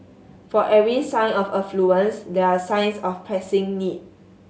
for every sign of affluence there are signs of pressing need